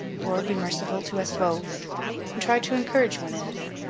lord be merciful to us both and tried to encourage one another,